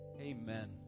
Amen